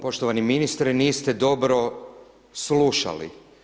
Poštovani ministre niste dobro slušali.